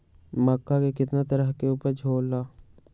मक्का के कितना तरह के उपज हो ला?